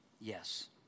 Yes